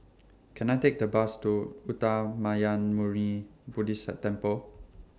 Can I Take The Bus to Uttamayanmuni Buddhist Temple